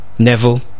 Neville